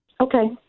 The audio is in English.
Okay